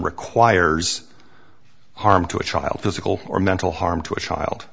requires harm to a child physical or mental harm to a child